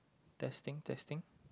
testing testing